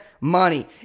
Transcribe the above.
money